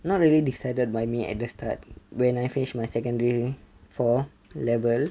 not really decided by me at the start when I finished my secondary four level